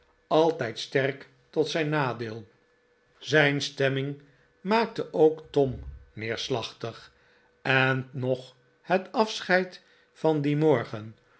altijd sterk tot zijn nadeel zijn maarten chuzzlewit stemming maakte ook tom neerslachtig en noch het afscheid van dien morgen